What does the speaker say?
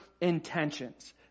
intentions